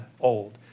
old